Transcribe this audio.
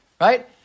right